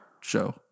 show